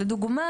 לדוגמה,